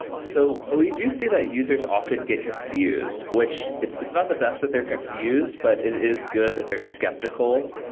so ah we do see that users often get confused, which it's it's not the best that they're confused, but it is good that they're skeptical.